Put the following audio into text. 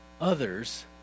others